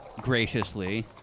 graciously